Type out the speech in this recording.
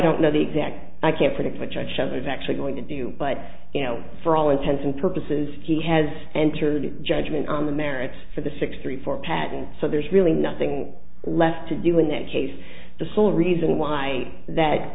don't know the exact i can't predict which i've shown is actually going to do but you know for all intents and purposes he has entered the judgment on the merits for the six three four patent so there's really nothing left to do in that case the sole reason why that